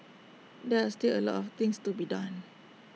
there are still A lot of things to be done